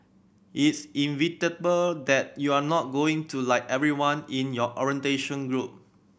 it's inevitable that you're not going to like everyone in your orientation group